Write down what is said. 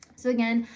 so again,